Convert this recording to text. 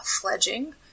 fledging